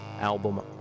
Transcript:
album